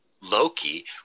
loki